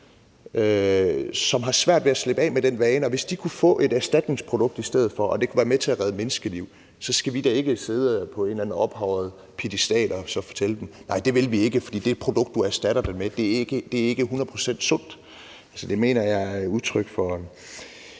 som har svært ved at slippe af med den vane, kunne få et erstatningsprodukt i stedet for og det kunne være med til at redde menneskeliv, så skal vi da ikke sidde på en eller anden ophøjet piedestal og fortælle dem: Nej, det vil vi ikke, for det produkt, du erstatter det med, er ikke hundrede procent sundt. Det mener jeg både er udtryk for